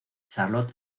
charlotte